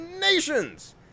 nations